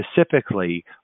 specifically